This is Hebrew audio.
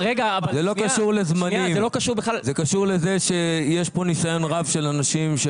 זה קשור לזה שיש פה ניסיון רב של אנשים של